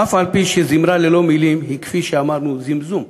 אף על-פי שזמרה ללא מילים היא, כפי שאמרנו, זמזום.